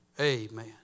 Amen